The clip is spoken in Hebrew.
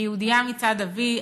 אני יהודייה מצד אבי.